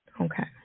Okay